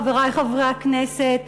חברי חברי הכנסת,